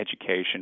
education